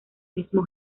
mismo